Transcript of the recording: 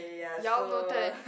ya I'll noted